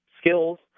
skills